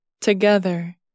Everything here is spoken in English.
Together